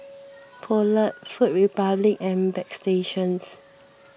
Poulet Food Republic and Bagstationz